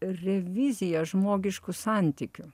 revizija žmogiškų santykių